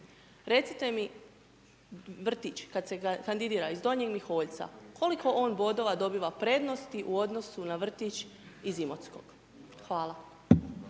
Recite mi, vrtić, kada se kandidira iz Donjeg Miholjca, koliko on bodova dobiva prednosti u odnosu na vrtić iz Imotskog? Hvala.